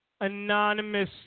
Anonymous